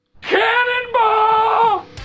Cannonball